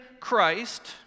Christ